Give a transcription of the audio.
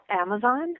Amazon